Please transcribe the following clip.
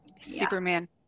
Superman